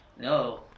no